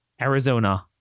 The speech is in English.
Arizona